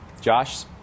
Josh